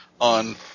on